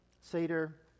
Seder